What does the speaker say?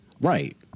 Right